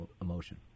emotion